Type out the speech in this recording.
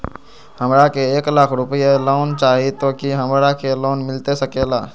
हमरा के एक लाख रुपए लोन चाही तो की हमरा के लोन मिलता सकेला?